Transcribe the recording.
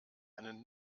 eine